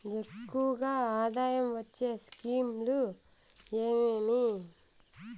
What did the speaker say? ఎక్కువగా ఆదాయం వచ్చే స్కీమ్ లు ఏమేమీ?